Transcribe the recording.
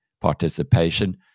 participation